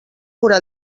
haurà